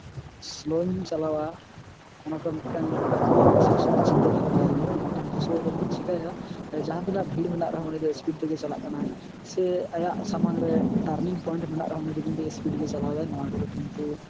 ᱥᱞᱳᱧ ᱪᱟᱞᱟᱣᱟ ᱚᱱᱟ ᱠᱚ ᱢᱤᱫᱴᱟᱝ ᱥᱚᱵ ᱥᱚᱢᱚᱭ ᱪᱤᱱᱛᱟᱹ ᱫᱷᱟᱨᱟ ᱫᱚᱦᱚᱭ ᱦᱩᱭᱩᱜᱼᱟ ᱵᱟᱝᱠᱷᱟᱱ ᱠᱤᱪᱷᱩ ᱦᱚᱲ ᱫᱚᱵᱚᱱ ᱪᱮᱠᱟᱭᱟ ᱡᱟᱦᱟᱸᱛᱤᱱᱟᱹᱜ ᱵᱷᱤᱲ ᱢᱮᱱᱟᱜ ᱨᱮᱦᱚᱸ ᱩᱱᱤ ᱫᱚ ᱤᱥᱯᱤᱰ ᱛᱮᱜᱮ ᱪᱟᱞᱟᱜ ᱠᱟᱱᱟᱭ ᱥᱮ ᱟᱭᱟᱜ ᱥᱟᱢᱟᱝ ᱨᱮ ᱴᱟᱨᱱᱤᱝ ᱯᱚᱭᱮᱱᱰ ᱢᱮᱱᱟᱜ ᱨᱮᱦᱚᱸ ᱩᱱᱤ ᱫᱚ ᱠᱤᱱᱛᱩ ᱤᱥᱯᱤᱰ ᱜᱮ ᱪᱟᱞᱟᱣ ᱫᱟᱭ ᱱᱚᱣᱟ ᱠᱚᱫᱚ ᱠᱤᱱᱛᱩ